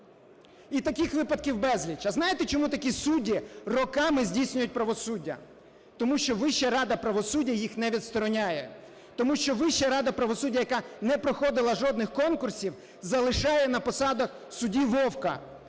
І таких випадків безліч. А знаєте, чому такі судді роками здійснюють правосуддя? Тому що Вища рада правосуддя їх не відстороняє. Тому що Вища рада правосуддя, яка не проходила жодних конкурсів, залишає на посадах суддю Вовка,